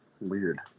weird